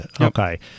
Okay